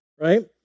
right